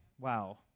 wow